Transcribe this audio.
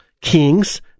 kings